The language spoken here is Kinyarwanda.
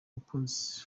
mukunzi